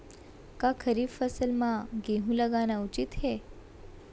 का खरीफ फसल म गेहूँ लगाना उचित है?